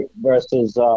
versus